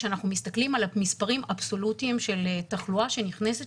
כשאנחנו מסתכלים על המספרים האבסולוטיים של התחלואה שנכנסת